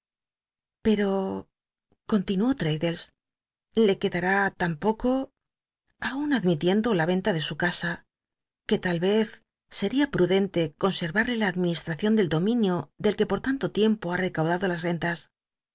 pero continuó l'raddles le queda ni tan poco aun admitiendo la ven ta de su casa que tal y ez seria prudente conservarle la adm inistracion del dominio del que pot tanto llempo ha recaudado las ren